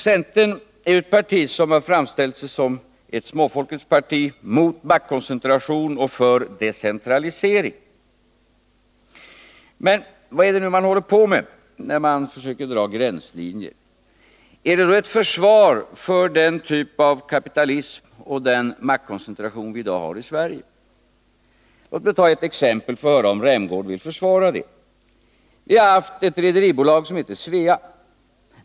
Centern är ju ett parti som har framställt sig som ett småfolkets parti mot maktkoncentration och för decentralisering. Men vad är det man håller på med, när man försöker dra gränslinjer? Är det ett försvar för den typ av kapitalism och den maktkoncentration som vi i dag har i Sverige? Låt mig ta ett exempel, så får vi höra om Rolf Rämgård vill försvara det. Det har funnits ett rederibolag vid namn Svea.